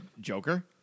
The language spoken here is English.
Joker